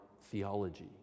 theology